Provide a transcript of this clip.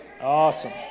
Awesome